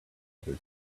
other